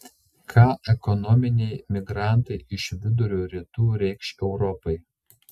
ką ekonominiai migrantai iš vidurio rytų reikš europai